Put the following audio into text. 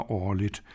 årligt